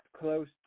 close